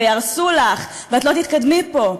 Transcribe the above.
ויהרסו לך ואת לא תתקדמי פה.